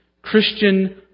Christian